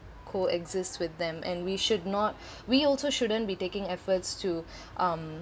co-exist with them and we should not we also shouldn't be taking efforts to um